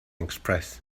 express